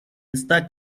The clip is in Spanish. está